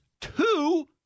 two